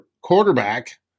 quarterback